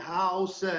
house